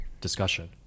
discussion